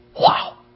wow